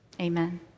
amen